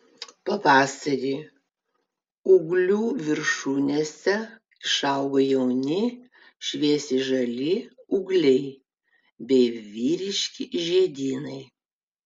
pavasarį ūglių viršūnėse išauga jauni šviesiai žali ūgliai bei vyriški žiedynai